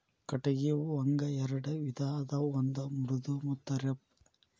ಕಟಗಿ ಒಂಗ ಎರೆಡ ವಿಧಾ ಅದಾವ ಒಂದ ಮೃದು ಮತ್ತ ರಫ್